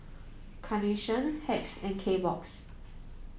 Carnation Hacks and Kbox